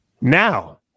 now